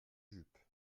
jupes